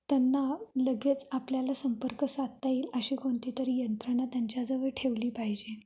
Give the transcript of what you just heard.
त्यांना लगेच आपल्याला संपर्क साधता येईल अशी कोणती तरी यंत्रणा त्यांच्याजवळ ठेवली पाहिजे